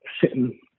sitting